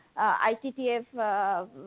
ITTF